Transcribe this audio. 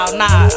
nah